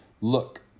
Look